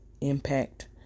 impact